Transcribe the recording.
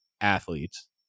athletes